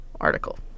article